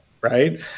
right